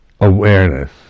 awareness